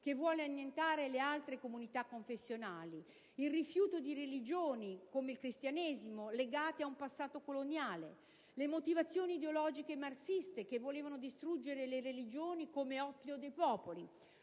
che vuole annientare le altre comunità confessionali: il rifiuto di religioni (come il Cristianesimo) legate a un passato coloniale; le motivazioni ideologiche marxiste, che volevano distruggere le religioni considerate come l'oppio dei popoli.